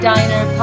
Diner